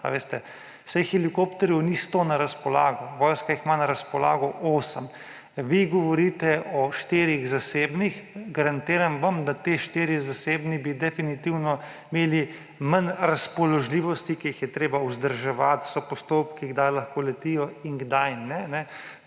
A veste, saj helikopterjev ni sto na razpolago. Vojska jih ima na razpolago osem. Vi govorite o štirih zasebnih, garantiram vam, da ti štirje zasebni bi definitivno imeli manj razpoložljivosti, ker jih je treba vzdrževati, so postopki, kdaj lahko letijo in kdaj ne.